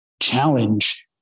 challenge